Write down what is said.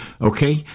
Okay